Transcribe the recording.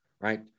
right